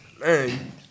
Man